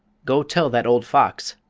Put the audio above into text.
go tell that old fox,